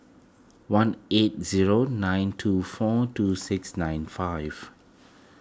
one eight zero nine two four two six nine five